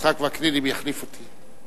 יצחק וקנין, אם יחליף אותי.